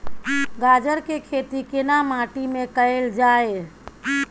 गाजर के खेती केना माटी में कैल जाए?